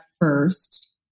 first